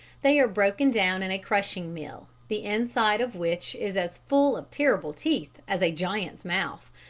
they are broken down in a crushing mill, the inside of which is as full of terrible teeth as a giant's mouth,